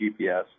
GPS